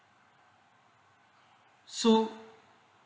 so